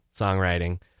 songwriting